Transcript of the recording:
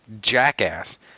jackass